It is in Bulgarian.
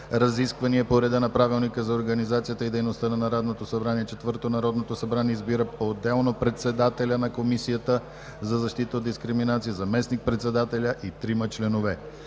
разисквания по реда на Правилника за организацията и дейността на Народното събрание. 4. Народното събрание избира поотделно председателя на Комисията за защита от дискриминация, заместник-председателя и трима членове.